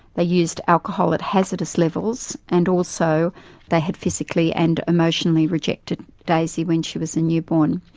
they used alcohol at hazardous levels and also they had physically and emotionally rejected daisy when she was a newborn.